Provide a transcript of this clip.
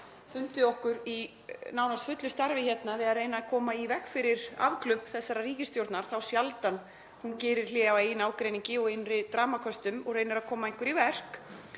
fundið okkur í nánast fullu starfi við að reyna að koma í veg fyrir afglöp þessarar ríkisstjórnar, þá sjaldan hún gerir hlé á eigin ágreiningi og innri dramaköstum og reynir að koma einhverju í verk,